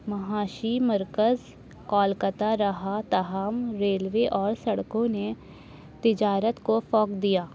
معاشی مرکز کولکتہ رہا تاہم ریلوے اور سڑکوں نے تجارت کو فوق دیا